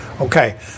okay